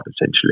essentially